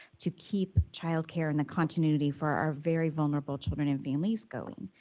to keep child care in the continuity for our very vulnerable children and families going.